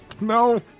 no